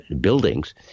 buildings